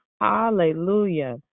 Hallelujah